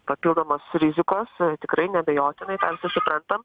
papildomos rizikos tikrai neabejotinai suprantam